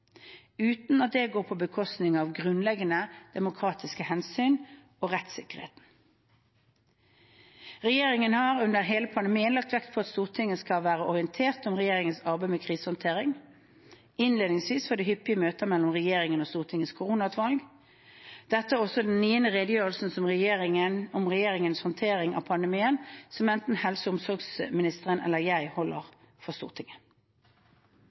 uten at det går på bekostning av grunnleggende demokratiske hensyn og rettssikkerheten. Regjeringen har under hele pandemien lagt vekt på at Stortinget skal være orientert om regjeringens arbeid med krisehåndtering. Innledningsvis var det hyppige møter mellom regjeringen og Stortingets koronautvalg. Dette er også den niende redegjørelsen om regjeringens håndtering av pandemien som enten helse- og omsorgsministeren eller jeg holder for Stortinget.